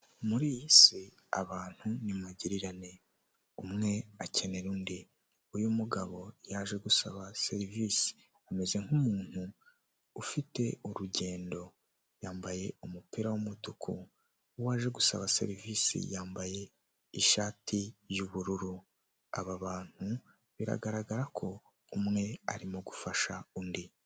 Nta muntu utagira inzozi zo kuba mu nzu nziza kandi yubatse neza iyo nzu iri mu mujyi wa kigali uyishaka ni igihumbi kimwe cy'idolari gusa wishyura buri kwezi maze nawe ukibera ahantu heza hatekanye.